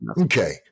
Okay